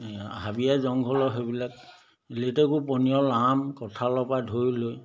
এ হাবিয়ে জংঘলে সেইবিলাক লেটেকু পনিয়ল আম কঁঠালৰ পৰা ধৰি লৈ